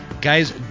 guys